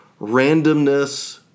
randomness